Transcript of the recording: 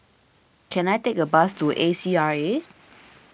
can I take a bus to A C R A